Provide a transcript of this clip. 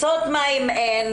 אין,